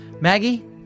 Maggie